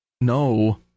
no